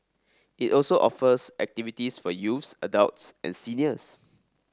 it also offers activities for youths adults and seniors